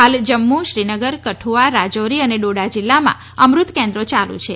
હાલ જમ્મુ શ્રીનગર કઠુઆ રાજૌરી અને ડોડા જીલ્લામાં અમૃત કેન્દ્રો ચાલુ જ છે